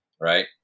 right